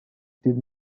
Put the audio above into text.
did